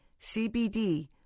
CBD